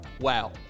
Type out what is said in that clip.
wow